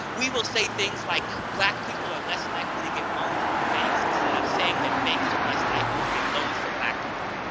we will say things like, black people are less likely to get loans from banks, instead of saying that banks are less likely to give loans to black people.